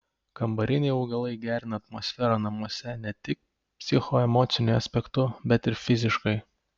kambariniai augalai gerina atmosferą namuose ne tik psichoemociniu aspektu bet ir fiziškai